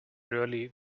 really